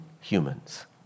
humans